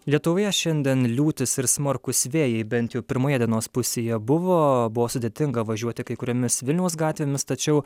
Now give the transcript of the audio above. lietuvoje šiandien liūtis ir smarkūs vėjai bent jau pirmoje dienos pusėje buvo buvo sudėtinga važiuoti kai kuriomis vilniaus gatvėmis tačiau